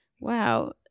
wow